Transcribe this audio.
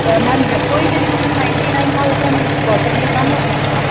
त मेम यक्को ई ॾियणो आहे नाइनटी नाइन थाउज़ेंट क्वाटर्ली कोन्ह वठंदा आहिनि